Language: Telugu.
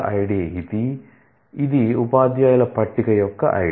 ఐడి ఇది ఇది ఉపాధ్యాయుల పట్టిక యొక్క ఐడి